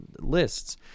lists